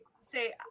say